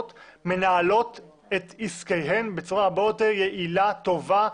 ונניח איזשהו מצע להתקדמות בדיונים הבאים.